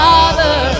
Father